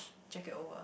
jacket over